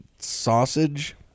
sausage